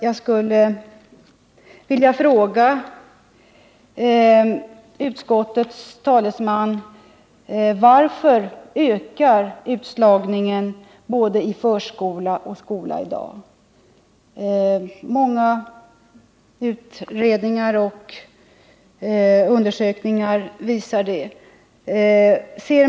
Jag skulle vilja fråga utskottets talesman: Varför ökar utslagningen i både förskola och skola i dag? Många utredningar och undersökningar visar det.